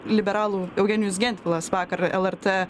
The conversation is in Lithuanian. liberalų eugenijus gentvilas vakar lrt